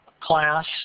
class